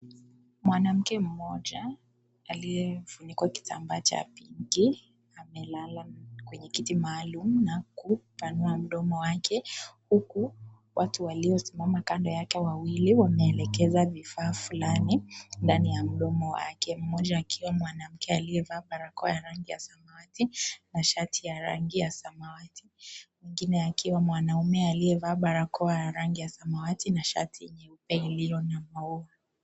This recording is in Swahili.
Mwanamke mmoja aliyefunikwa kitambaa cha pinki amelala kwenye kiti maalum na kuupanua mdomo wake huku waliosimama kando yake wawili wameelekeza vifaa fulani ndani ya mdomo wake, mmoja akiwa mwanamke aliyevaa barakoa ya rangi ya samwati na shati ya rangi ya samawati, mwingine akiwa mwanaume aliyevaa barakoa ya rangi ya samawati na shati nyeupe iliyo na maua.